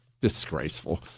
Disgraceful